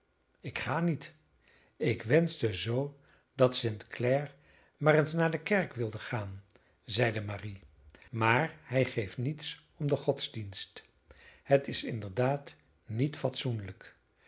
ik ga niet ik wenschte zoo dat st clare maar eens naar de kerk wilde gaan zeide marie maar hij geeft niets om den godsdienst het is inderdaad niet fatsoenlijk